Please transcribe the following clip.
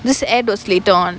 this advertisement was later on